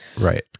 right